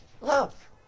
love